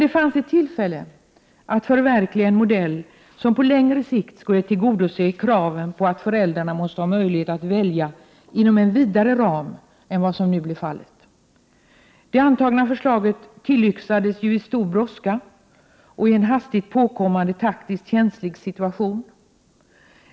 Där fanns dock ett tillfälle att förverkliga en modell som på längre sikt skulle tillgodose kraven på att föräldrarna måste ha möjlighet att välja inom en vidare ram än vad som nu blir fallet. Det antagna förslaget tillyxades ju i stor brådska och i en hastigt påkommande, taktiskt känslig situation.